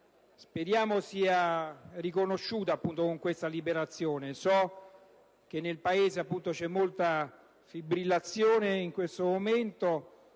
democrazia sia riconosciuta a seguito di questa liberazione. So che nel Paese c'è molta fibrillazione in questo momento